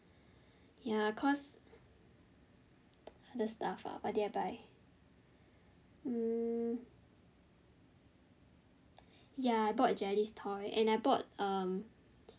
ya cause other stuff ah what did I buy mm I bought jelly's toy and I bought um